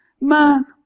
man